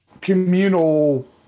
communal